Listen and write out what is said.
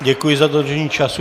Děkuji za dodržení času.